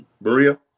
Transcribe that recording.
Maria